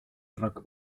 rock